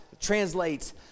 translates